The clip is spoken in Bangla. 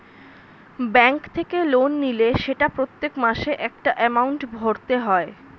ব্যাঙ্ক থেকে লোন নিলে সেটা প্রত্যেক মাসে একটা এমাউন্ট ভরতে হয়